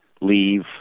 leave